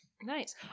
Nice